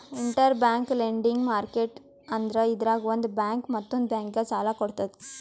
interbank lending market ಅಂದ್ರ ಇದ್ರಾಗ್ ಒಂದ್ ಬ್ಯಾಂಕ್ ಮತ್ತೊಂದ್ ಬ್ಯಾಂಕಿಗ್ ಸಾಲ ಕೊಡ್ತದ್